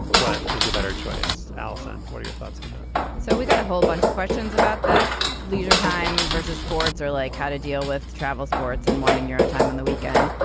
what is the better choice. allison what are your thoughts on that so we've got a whole bunch of questions about this leisure time versus sports are like how to deal with travel sports and wanting your own time on the weekend.